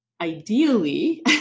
ideally